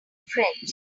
french